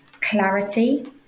clarity